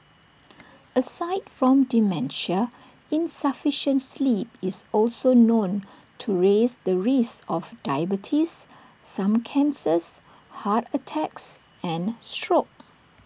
aside from dementia insufficient sleep is also known to raise the risk of diabetes some cancers heart attacks and stroke